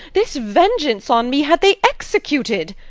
this vengeance on me had they executed.